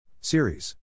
Series